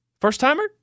first-timer